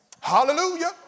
Hallelujah